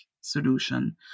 solution